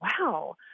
wow